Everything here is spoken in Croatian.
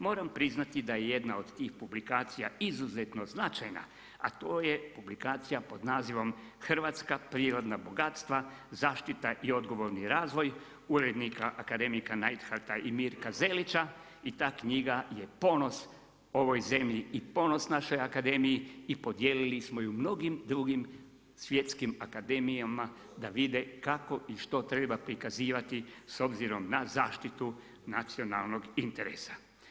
Moram priznati da je jedna od tih publikacija izuzetno značajna a to je publikacija pod nazivom Hrvatska prirodna bogatstva, zaštita i odgovorno razvoj urednika akademika Najharta i Mirka Zelića i ta knjiga je ponos ovoj zemlji i ponos našoj akademiji i podijelili smo ju mnogim drugim svjetskim akademijama da vide kako i što treba prikazivati s obzirom na zaštitu nacionalnog interesa.